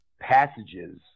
passages